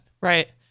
Right